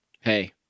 hey